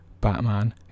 Batman